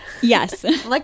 Yes